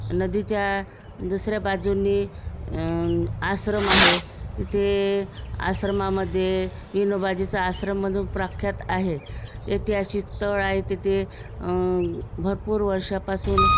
नदीच्या दुसऱ्या बाजूंनी आश्रम आहे तिथे आश्रमामध्ये विनोबाजीचा आश्रम म्हणून प्रख्यात आहे ऐतिहासिक स्थळ आहे तिथे भरपूर वर्षापासून